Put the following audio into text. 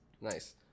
Nice